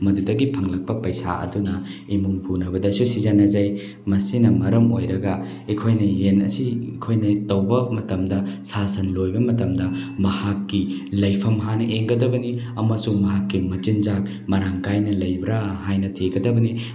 ꯃꯗꯨꯗꯒꯤ ꯐꯪꯂꯛꯄ ꯄꯩꯁꯥ ꯑꯗꯨꯅ ꯏꯃꯨꯡ ꯄꯨꯅꯕꯗꯁꯨ ꯁꯤꯖꯤꯟꯅꯖꯩ ꯃꯁꯤꯅ ꯃꯔꯝ ꯑꯣꯏꯔꯒ ꯑꯩꯈꯣꯏꯅ ꯌꯦꯟ ꯑꯁꯤ ꯑꯩꯈꯣꯏꯅ ꯇꯧꯕ ꯃꯇꯝꯗ ꯁꯥ ꯁꯟ ꯂꯣꯏꯕ ꯃꯇꯝꯗ ꯃꯍꯥꯛꯀꯤ ꯂꯩꯐꯝ ꯍꯥꯟꯅ ꯌꯦꯡꯒꯗꯕꯅꯤ ꯑꯃꯁꯨꯡ ꯃꯍꯥꯛꯀꯤ ꯃꯆꯤꯟꯖꯥꯛ ꯃꯔꯥꯡ ꯀꯥꯏꯅ ꯂꯩꯕ꯭ꯔꯥ ꯍꯥꯏꯅ ꯊꯤꯒꯗꯕꯅꯤ